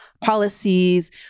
policies